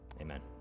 Amen